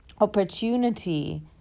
opportunity